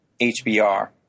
HBR